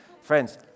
friends